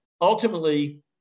ultimately